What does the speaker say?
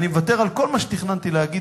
אני מוותר על כל מה שתכננתי להגיד,